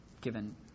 given